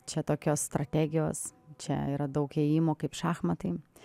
čia tokios strategijos čia yra daug ėjimo kaip šachmatai